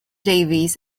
davies